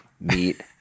Meat